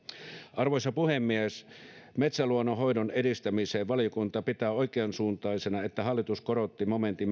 arvoisa puhemies metsäluonnon hoidon edistämiseksi valiokunta pitää oikeansuuntaisena että hallitus korotti momentin